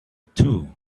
too